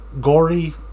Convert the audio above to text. gory